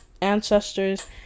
Ancestors